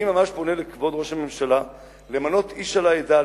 אני ממש פונה אל כבוד ראש הממשלה למנות איש על העדה,